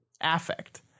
affect